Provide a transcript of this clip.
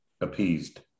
appeased